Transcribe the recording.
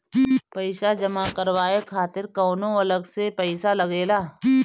पईसा जमा करवाये खातिर कौनो अलग से पईसा लगेला?